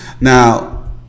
Now